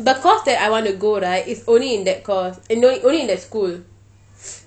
the course that I want to go right is only in that course eh no only in that school